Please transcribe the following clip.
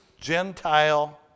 Gentile